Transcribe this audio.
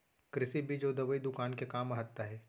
कृषि बीज अउ दवई दुकान के का महत्ता हे?